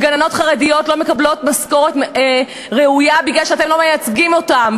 וגננות חרדיות לא מקבלות משכורת ראויה מפני שאתם לא מייצגים אותן,